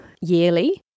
yearly